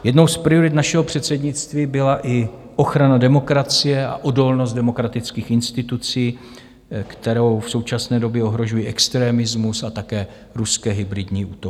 Jednou z priorit našeho předsednictví byla i ochrana demokracie a odolnost demokratických institucí, kterou v současné době ohrožuje extremismus a také ruské hybridní útoky.